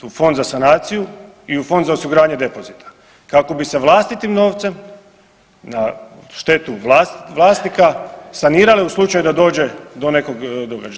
U fond za sanaciju i u fond za osiguranje depozita kako bi se vlastitim novcem na štetu vlasnika sanirale u slučaju da dođe do nekog događaja.